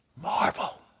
Marvel